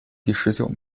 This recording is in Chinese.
第十九